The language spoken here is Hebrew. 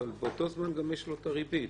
אבל באותו זמן גם יש לו ריבית,